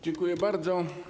Dziękuję bardzo.